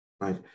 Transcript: right